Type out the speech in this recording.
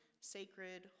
sacred